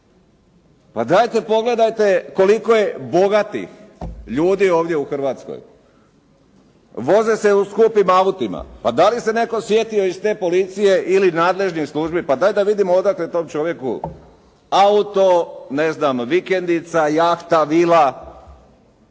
Pa dajte pogledajte koliko je bogatih ovdje u Hrvatskoj. Voze se u skupim autima. Pa dali se netko sjetio iz te policije ili iz nadležnih službi, pa daj da vidimo odakle tom čovjeku auto, ne znam vikendica, jahta, vila?